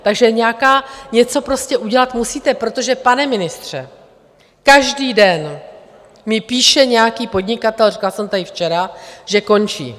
Takže něco prostě udělat musíte, protože, pane ministře, každý den mi píše nějaký podnikatel, říkala jsem tady včera, že končí.